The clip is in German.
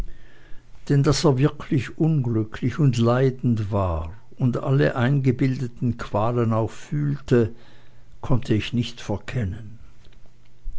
denn daß er wirklich unglücklich und leidend war und alle eingebildeten qualen auch fühlte konnte ich nicht verkennen